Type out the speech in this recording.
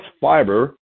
fiber